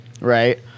right